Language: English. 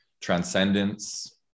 transcendence